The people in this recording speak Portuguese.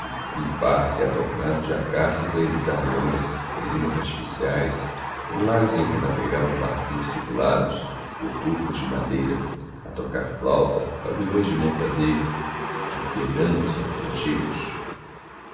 um parque adornado de acacias a imitar leões colinas artificiaes lagos em que navegavam barquinhos tripulados por turcos de madeira a tocar flauta pavilhões de mon plaisir e quejandos attractivos